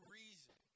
reason